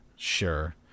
Sure